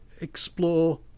Explore